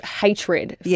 hatred